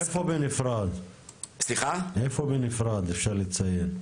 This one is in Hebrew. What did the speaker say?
איפה בנפרד אפשר לציין?